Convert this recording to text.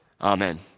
Amen